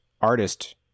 artist